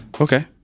Okay